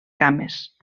cames